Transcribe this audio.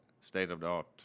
state-of-the-art